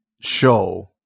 show